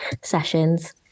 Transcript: sessions